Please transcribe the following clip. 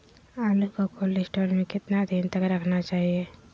आलू को cold store में कितना दिन तक रखना चाहिए?